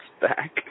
back